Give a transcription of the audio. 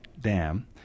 dam